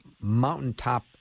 mountaintop